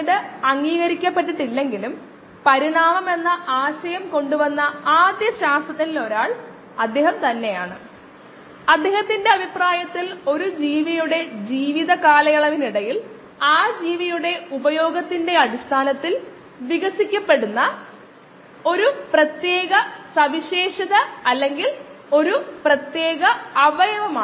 എന്നിട്ട് ഒരു decimal reduction rate എന്ന് വിളിക്കുന്ന ഒരു കാര്യവും നമ്മൾ പരിശോധിച്ചു ഇത് ഒരു നിശ്ചിത താപനിലയിൽ കോശങ്ങളുടെ സാന്ദ്രതയിൽ 10 മടങ്ങ് കുറയുന്നതിന് ആവശ്യമായ സമയമാണ്